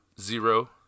zero